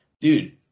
dude